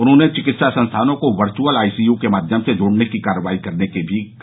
उन्होंने चिकित्सा संस्थानों को वर्चुअल आईसीयू के माध्यम से जोड़ने की कार्रवाई करने के लिये भी कहा